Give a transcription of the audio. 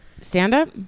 stand-up